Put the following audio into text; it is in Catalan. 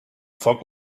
foc